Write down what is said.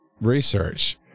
research